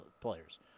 players